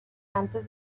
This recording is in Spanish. antes